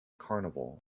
carnival